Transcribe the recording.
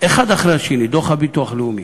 האחד אחרי השני: דוח הביטוח הלאומי,